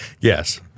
Yes